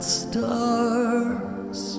stars